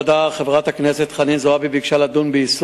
חברת הכנסת חנין זועבי שאלה את השר לביטחון פנים ביום